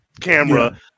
camera